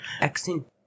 accent